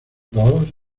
dos